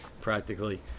practically